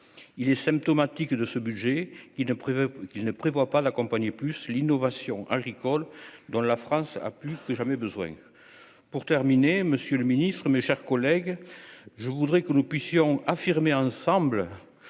il est symptomatique de ce budget, qui ne prévoit qu'il ne prévoit pas l'accompagner plus l'innovation agricole dont la France a plus que jamais besoin pour terminer Monsieur le Ministre, mes chers collègues, je voudrais que nous puissions affirmer ensemble